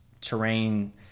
terrain